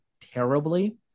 terribly